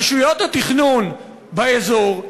רשויות התכנון באזור,